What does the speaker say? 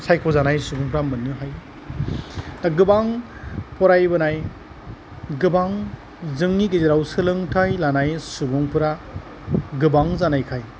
सायख'जानाय सुबुंफोरा मोननो हायो दा गोबां फरायबोनाय गोबां जोंनि गेजेराव सोलोंथाइ लानाय सुबुंफोरा गोबां जानायनि थाखाय